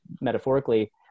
metaphorically